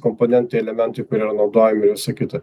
komponentai elementai kurie yra naudojami ir visa kita